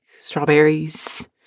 strawberries